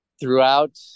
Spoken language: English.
throughout